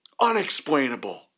unexplainable